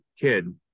kid